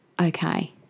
okay